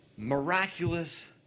miraculous